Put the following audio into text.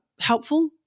helpful